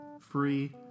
free